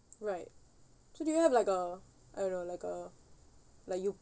right so do you have like a I don't know like a like you